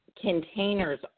containers